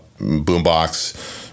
boombox